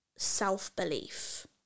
self-belief